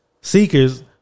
seekers